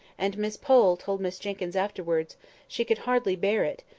and miss pole told miss jenkyns afterwards she could hardly bear it,